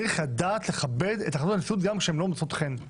צריך לדעת לכבד את החלטות הנשיאות גם כשהן לא מוצאות חן.